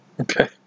Okay